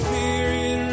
Spirit